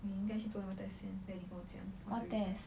你应该去做那个 test 先 then 你跟我讲 what is the result